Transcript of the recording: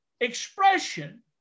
expression